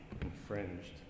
infringed